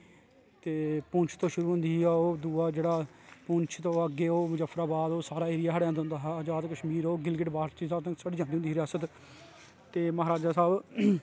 ते पुंछ दा शुरु होंदी ही ओह दूआ जेहड़ा पुंछ तू अग्गे ओह् मुजफराबाद ओह् सारा एरिया साढ़े अंदर आंदा होंदा हा ओह् आजाद कश्मीर ओह् गिलगिट्ट बालोचीस्तान तक साढ़ी जंदी होंदी ही रियासत ते महाराजा साहब